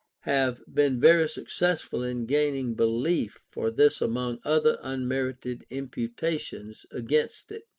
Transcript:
have been very successful in gaining belief for this among other unmerited imputations against it,